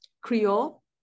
creole